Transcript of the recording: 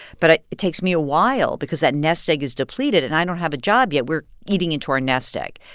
but it takes me a while because that nest egg is depleted. and i don't have a job yet. we're eating into our nest egg.